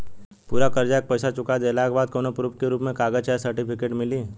पूरा कर्जा के पईसा चुका देहला के बाद कौनो प्रूफ के रूप में कागज चाहे सर्टिफिकेट मिली?